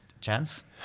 chance